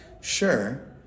Sure